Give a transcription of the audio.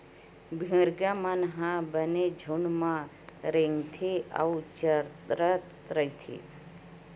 भेड़िया मन ह बने झूंड म रेंगथे अउ चरत रहिथे